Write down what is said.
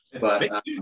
But-